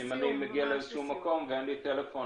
אז אם אני מגיע לאיזשהו מקום ואין לי טלפון,